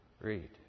Read